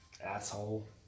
Asshole